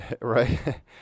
Right